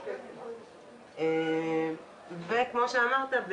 כמו שאמרת,